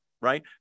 right